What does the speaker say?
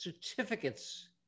certificates